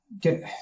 get